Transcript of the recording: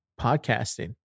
podcasting